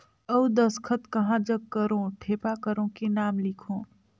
अउ दस्खत कहा जग करो ठेपा करो कि नाम लिखो?